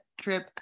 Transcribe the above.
trip